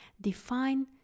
define